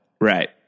Right